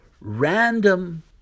random